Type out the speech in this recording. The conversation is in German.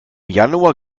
januar